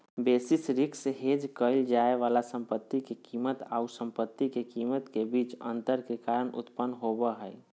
basis risk hedge क़इल जाय वाला संपत्ति के कीमत आऊ संपत्ति के कीमत के बीच अंतर के कारण उत्पन्न होबा हइ